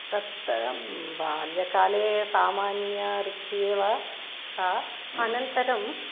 तत्तु बाल्यकाले सामान्यरुचिः एव सा अन्नतरम्